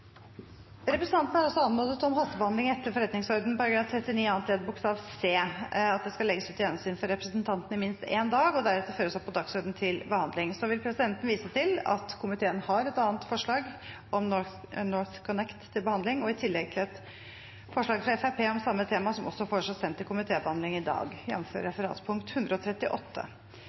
Representanten Moxnes har altså anmodet om hastebehandling etter forretningsordenens § 39 annet ledd bokstav c, dvs. at forslaget legges ut til gjennomsyn for representantene i minst én dag og deretter føres opp på dagsordenen til behandling. Presidenten vil vise til at komiteen har et annet forslag om NorthConnect til behandling, i tillegg til at et forslag fra Fremskrittspartiet om samme tema også er foreslått og vedtatt sendt til komitébehandling i dag, jf. referatpunkt 138.